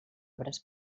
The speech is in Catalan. obres